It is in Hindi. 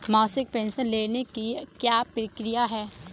मासिक पेंशन लेने की क्या प्रक्रिया है?